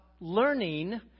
learning